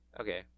okay